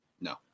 No